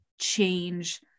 change